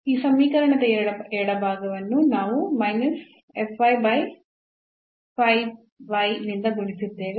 ಈ ಸಮೀಕರಣದ ಎಡಭಾಗವನ್ನು ನಾವು ನಿಂದ ಗುಣಿಸಿದ್ದೇವೆ